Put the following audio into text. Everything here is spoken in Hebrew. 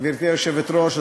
גברתי היושבת-ראש,